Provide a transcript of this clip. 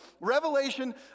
Revelation